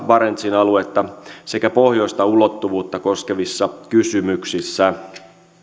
barentsin aluetta sekä pohjoista ulottuvuutta koskevissa kysymyksissä